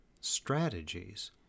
strategies